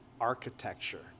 architecture